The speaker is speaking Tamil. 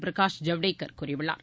பிரகாஷ் ஜவ்டேகர் கூறியுள்ளார்